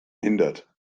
hindert